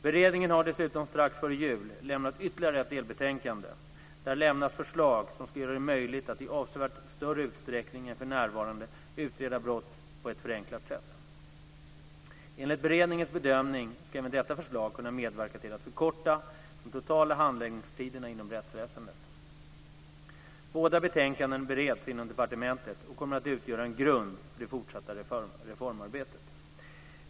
Beredningen har dessutom strax före jul lämnat ytterligare ett delbetänkande . Där lämnas förslag som ska göra det möjligt att i avsevärt större utsträckning än för närvarande utreda brott på ett förenklat sätt. Enligt beredningens bedömning ska även detta förslag kunna medverka till att förkorta de totala handläggningstiderna inom rättsväsendet. Båda betänkandena bereds inom departementet och kommer att utgöra en grund för det fortsatta reformarbetet.